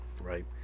right